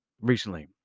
recently